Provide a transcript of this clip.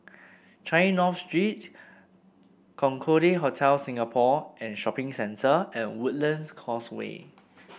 Changi North Street Concorde Hotel Singapore and Shopping Centre and Woodlands Causeway